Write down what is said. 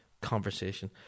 conversation